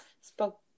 spoke